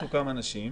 ימותו כמה נשים